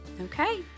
Okay